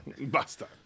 basta